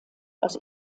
aus